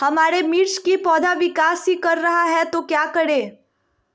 हमारे मिर्च कि पौधा विकास ही कर रहा है तो क्या करे?